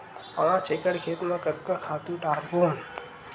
पांच एकड़ खेत म कतका खातु डारबोन?